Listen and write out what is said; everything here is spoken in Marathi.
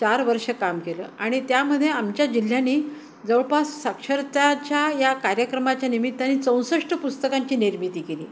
चार वर्षं काम केलं आणि त्यामध्ये आमच्या जिल्ह्यानी जवळपास साक्षरताच्या या कार्यक्रमाच्या निमित्ताने चौसष्ट पुस्तकांची निर्मिती केली